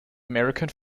american